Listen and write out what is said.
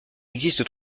existe